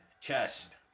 chest